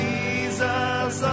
Jesus